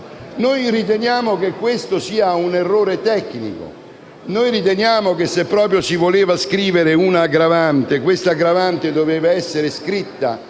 Noi riteniamo che questo sia un errore tecnico e che se proprio si voleva inserire un'aggravante, tale aggravante doveva essere scritta